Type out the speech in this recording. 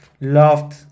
loved